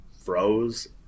froze